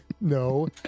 No